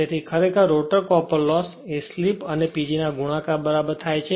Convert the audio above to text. તેથી ખરેખર rotor copper loss એ સ્લિપ અને PG ના ગુણાકાર બરાબર થાય છે